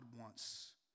wants